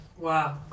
Wow